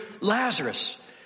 Lazarus